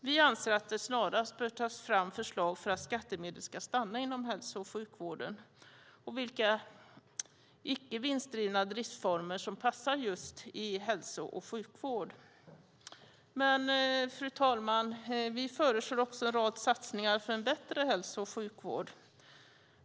Vi anser att det snarast bör tas fram förslag för att skattemedel ska stanna inom hälso och sjukvården och förslag på vilka icke vinstdrivna driftsformer som passar just i hälso och sjukvård. Fru talman! Vi föreslår också en rad satsningar för en bättre hälso och sjukvård.